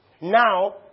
Now